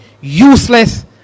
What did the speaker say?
useless